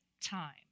time